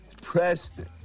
Preston